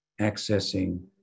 accessing